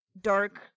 dark